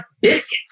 biscuits